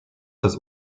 des